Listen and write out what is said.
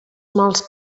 mals